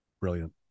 brilliant